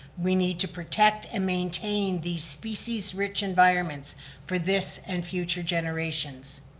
we need to protect and maintain these species rich environments for this and future generations.